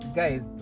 guys